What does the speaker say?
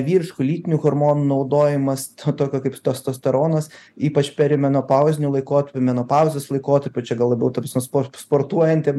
vyriškų lytinių hormonų naudojimas to tokio kaip testosteronas ypač perimenopauziniu laikotarpiu menopauzės laikotarpiu čia gal labiau ta prasme sportas sportuojantiem